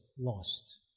lost